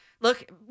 look